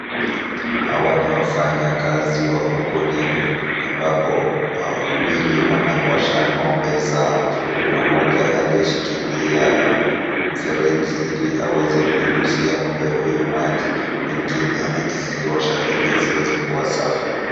Hawa ni wafanyakazi wa ukulima ambapo hawa wawili wanaosha ng'ombe zao. Kuna mmoja aliyeshikilia mfereji ili aweze kunyunyuzia ng'ombe huyu maji. Mwingine akiziosha ili ziweze kuwa safi.